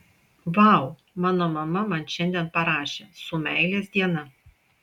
vau mano mama man šiandien parašė su meilės diena